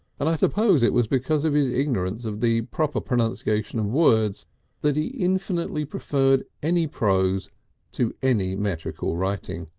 and i suppose it was because of his ignorance of the proper pronunciation of words that he infinitely preferred any prose to any metrical writing